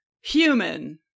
human